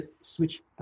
switch